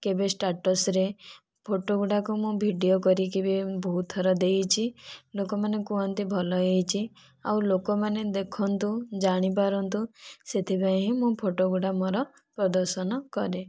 କେବେ ଷ୍ଟାଟସ୍ରେ ଫଟୋଗୁଡ଼ିକ ମୁଁ ଭିଡିଓ କରିକି ବି ବହୁତ ଥର ଦେଇଛି ଲୋକମାନେ କହନ୍ତି ଭଲ ହୋଇଛି ଆଉ ଲୋକମାନେ ଦେଖନ୍ତୁ ଜାଣି ପାରନ୍ତୁ ସେଥିପାଇଁ ହିଁ ମୁଁ ଫଟୋଗୁଡ଼ିକ ମୋର ପ୍ରଦର୍ଶନ କରେ